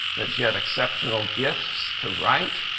that she had exceptional gifts to write.